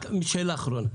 רק שאלה אחרונה.